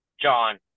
John